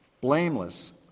Blameless